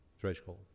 threshold